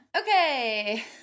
Okay